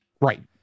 Right